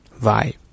vibe